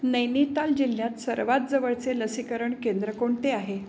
नैनीताल जिल्ह्यात सर्वात जवळचे लसीकरण केंद्र कोणते आहे